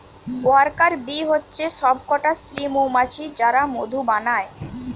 worker bee হচ্ছে সব কটা স্ত্রী মৌমাছি যারা মধু বানায়